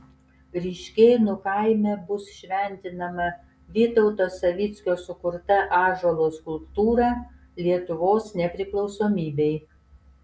ryškėnų kaime bus šventinama vytauto savickio sukurta ąžuolo skulptūra lietuvos nepriklausomybei